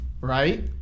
Right